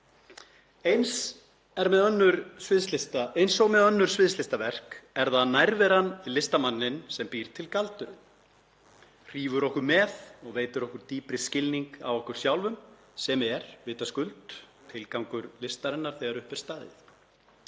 Eins og með önnur sviðslistaverk er það nærvera við listamanninn sem býr til galdurinn, hrífur okkur með og veitir okkur dýpri skilning á okkur sjálfum sem er vitaskuld tilgangur listarinnar þegar upp er staðið.